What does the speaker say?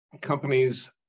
companies